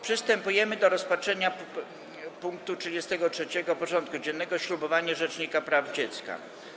Przystępujemy do rozpatrzenia punktu 33. porządku dziennego: Ślubowanie rzecznika praw dziecka.